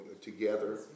together